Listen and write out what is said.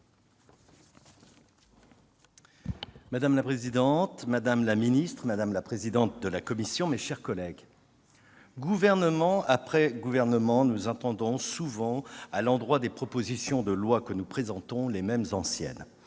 Madame la présidente, madame la secrétaire d'État, madame la présidente de la commission, mes chers collègues, gouvernement après gouvernement, nous entendons souvent, à l'endroit des propositions de loi que nous présentons, les mêmes antiennes.